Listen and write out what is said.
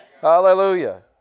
Hallelujah